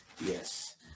yes